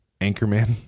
Anchorman